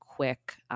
Quick